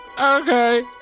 Okay